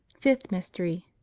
fifth mystery.